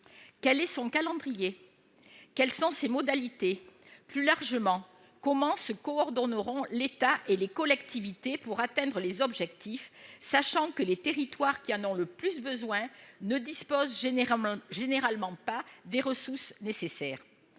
Quel est son calendrier ? Quelles sont ses modalités ? Plus largement, comment se coordonneront l'État et les collectivités pour atteindre les objectifs, sachant que les territoires qui en ont le plus besoin ne disposent généralement pas des ressources nécessaires ?